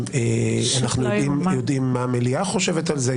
אנחנו יודעים מה המליאה חושבת על זה,